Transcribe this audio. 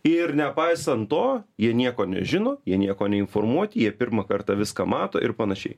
ir nepaisant to jie nieko nežino jie nieko neinformuoti jie pirmą kartą viską mato ir panašiai